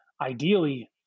ideally